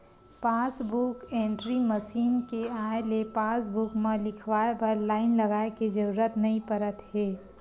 passbook entry machine के आए ले पासबूक म लिखवाए बर लाईन लगाए के जरूरत नइ परत हे